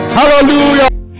hallelujah